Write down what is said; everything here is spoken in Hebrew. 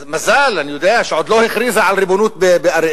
מזל, אני יודע, שעוד לא הכריזה על ריבונות באריאל.